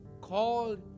called